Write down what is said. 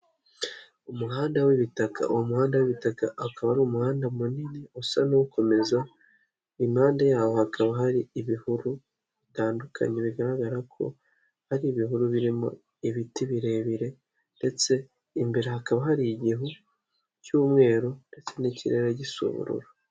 Umuhanda w'ibitaka, umuhanda w'ibitaka akaba ari umuhanda munini usa n'ukomeza impande yaho hakaba hari ibihuru bitandukanye bigaragara ko ari ibihuru birimo ibiti birebire, ndetse imbere hakaba hari igihu cy'umweru ndetse n'ikirere gisa ubururu.